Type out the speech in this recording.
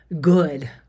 good